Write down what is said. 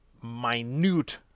minute